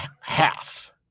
half